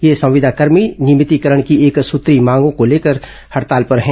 ये संविदा कर्मी नियमितीकरण की एकसूत्रीय मांग को लेकर हड़ताल पर है